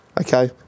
Okay